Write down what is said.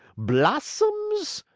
blossoms,